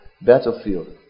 battlefield